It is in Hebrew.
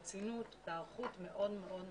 רצינות והיערכות מאוד מאוד מרשימים.